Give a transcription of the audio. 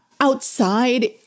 outside